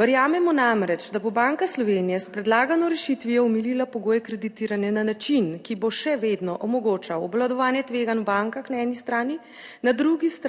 Verjamemo namreč, da bo Banka Slovenije s predlagano rešitvijo omilila pogoje kreditiranja na način, ki bo še vedno omogočal obvladovanje tveganj v bankah na eni strani, na drugi strani